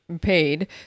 paid